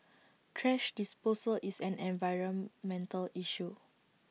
thrash disposal is an environmental issue